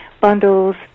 bundles